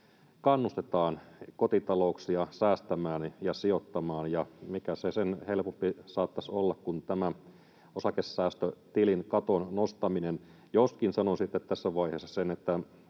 kannustetaan kotitalouksia säästämään ja sijoittamaan. Ja mikä sen helpompaa saattaisi olla kuin tämä osakesäästötilin katon nostaminen — joskin sanoisin tässä vaiheessa sen, että